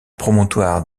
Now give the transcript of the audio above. promontoire